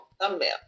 Thumbnail